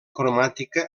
cromàtica